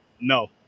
No